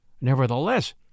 Nevertheless